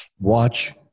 watch